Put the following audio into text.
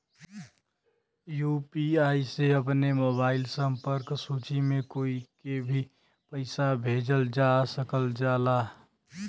UPI से अपने mobile संपर्क सूची में कोई के भी पइसा भेजल जा सकल जाला